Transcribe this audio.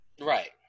Right